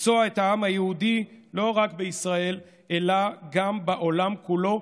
לפצוע את העם היהודי לא רק בישראל אלא גם בעולם כולו,